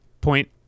point